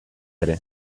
ere